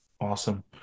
Awesome